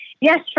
Yes